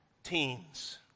teens